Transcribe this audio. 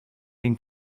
den